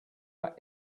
are